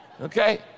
okay